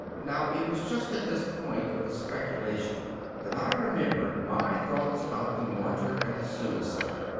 now, it was just at this point of the speculation that i remembered my thoughts about the martyr and the suicide.